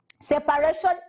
separation